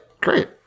Great